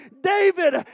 David